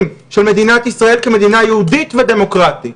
של מדינת ישראל כמדינה יהודית ודמוקרטית.